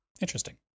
interesting